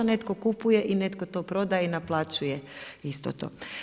Netko kupuje i netko to prodaje i naplaćuje isto to.